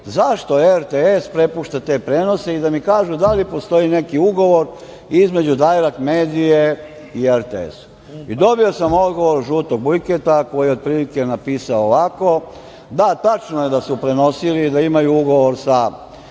zašto RTS prepušta te prenose i da mi kažu da li postoji neki ugovor između „Dajrekt medije“ i RTS?Dobio sam odgovor žutog Bujketa koji je otprilike napisao ovako – da, tačno je da su prenosili i da imaju ugovor,